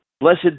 Blessed